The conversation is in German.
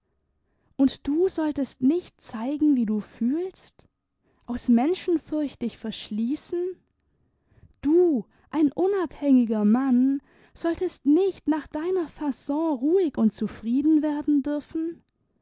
und du solltest nicht zeigen wie du fühlst aus menschenfurcht dich verschließen du ein unabhängiger mann solltest nicht nach deiner faon ruhig und zufrieden werden dürfen